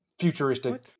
Futuristic